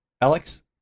Alex